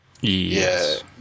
Yes